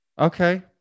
Okay